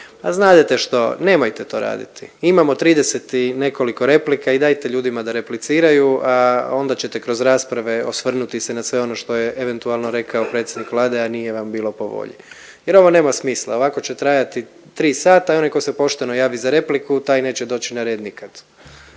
Ma znadete što nemojte to raditi, imamo 30 i nekoliko replika i dajte ljudima da repliciraju, a onda ćete kroz rasprave osvrnuti se na sve ono što je eventualno rekao predsjednik Vlade a nije vam bilo po volji jer ovo nema smisla ovako će trajati 3 sata i onaj tko se pošteno javi za repliku taj neće doći na red nikad.